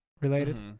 related